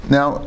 Now